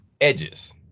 Edges